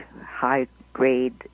high-grade